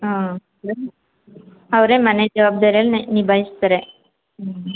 ಹಾಂ ಅವರೇ ಮನೆ ಜವಾಬ್ದಾರಿಯಲ್ಲಿ ನಿಭಾಯಿಸ್ತಾರೆ